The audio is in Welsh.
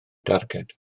darged